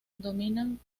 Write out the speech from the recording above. dominan